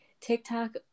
TikTok